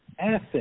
asset